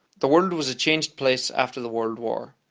the world was a changed place after the world war.